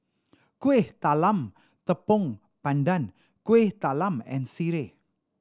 Kuih Talam Tepong Pandan Kueh Talam and sireh